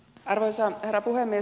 arvoisa herra puhemies